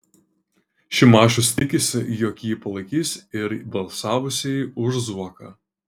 šimašius tikisi jog jį palaikys ir balsavusieji už zuoką